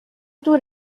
دور